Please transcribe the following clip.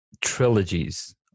trilogies